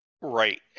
Right